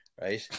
right